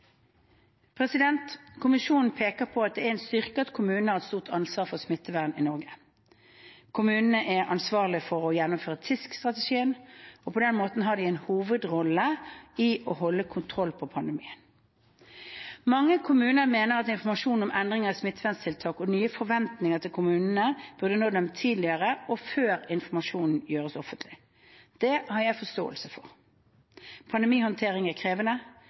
Kommisjonen peker på at det er en styrke at kommunene har et stort ansvar for smittevern i Norge. Kommunene er ansvarlige for å gjennomføre TISK-strategien, og på den måten har de en hovedrolle i å holde kontroll på pandemien. Mange kommuner mener at informasjon om endringer i smitteverntiltak og nye forventninger til kommuner burde nådd dem tidligere og før informasjonen gjøres offentlig. Det har jeg forståelse for. Pandemihåndtering er krevende.